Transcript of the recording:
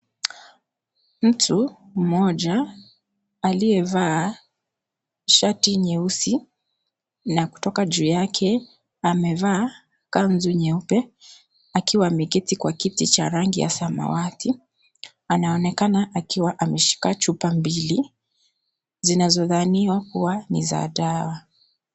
Mtu mmoja aliyevaa shati nyeusi, na kutoka juu yake, amevaa kanzu nyeupe, akiwa ameketi kwa kiti cha rangi ya samawati, anaonekana akiwa ameshika chupa mbili, zinazodhaniwa kuwa ni za dawa.